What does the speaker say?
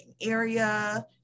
area